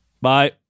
Bye